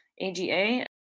AGA